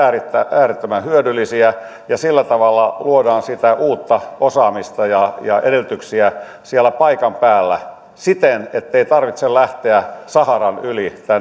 äärettömän hyödyllisiä ja sillä tavalla luodaan sitä uutta osaamista ja ja edellytyksiä siellä paikan päällä siten ettei tarvitse lähteä saharan yli tänne